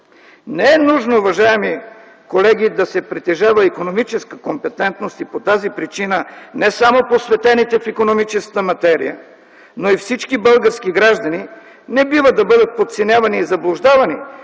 Не е нужно, уважаеми колеги, да се притежава икономическа компетентност и по тази причина не само посветените в икономическата материя, но и всички български граждани не бива да бъдат подценявани и заблуждавани